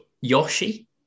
yoshi